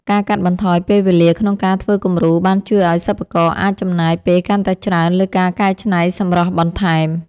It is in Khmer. ការកាត់បន្ថយពេលវេលាក្នុងការធ្វើគំរូបានជួយឱ្យសិប្បករអាចចំណាយពេលកាន់តែច្រើនលើការកែច្នៃសម្រស់បន្ថែម។